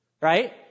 Right